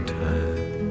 time